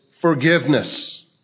forgiveness